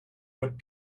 what